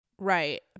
Right